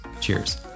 Cheers